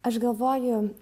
aš galvoju